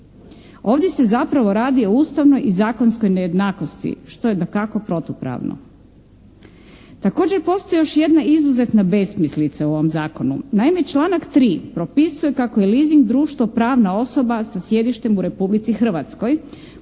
Ovdje se zapravo radi o ustavnom i zakonskoj nejednakosti, što je dakako protupravno. Također postoji još jedna izuzetna besmislica u ovom zakonu. Naime, članak 3. propisuje kako je leasing društvo pravna osoba sa sjedištem u Republici Hrvatskoj